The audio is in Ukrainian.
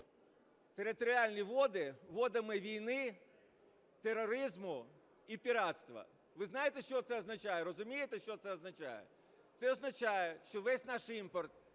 територіальні води водами війни, тероризму і піратства. Ви знаєте, що це означає? Розумієте, що це означає? Це означає, що весь наш імпорт,